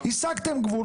השגתם גבול.